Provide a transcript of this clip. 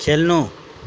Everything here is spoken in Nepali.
खेल्नु